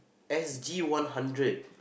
S_G-one-hundred